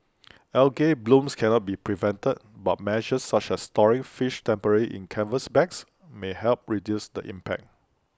algal blooms can not be prevented but measures such as storing fish temporarily in canvas bags may help reduce the impact